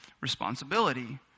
responsibility